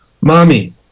Mommy